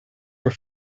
were